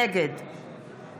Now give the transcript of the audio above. נגד